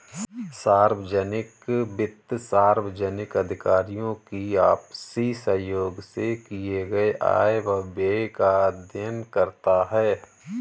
सार्वजनिक वित्त सार्वजनिक अधिकारियों की आपसी सहयोग से किए गये आय व व्यय का अध्ययन करता है